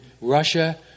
Russia